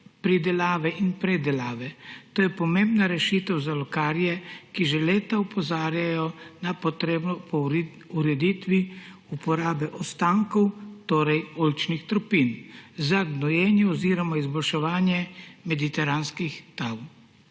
pridelave in predelave. To je pomembna rešitev za oljkarje, ki že leta opozarjajo na potrebo po ureditvi uporabe ostankov, torej oljčnih tropin za gnojenje oziroma izboljševanje mediteranskih tal.